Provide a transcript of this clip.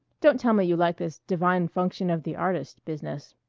don't tell me you like this divine function of the artist business?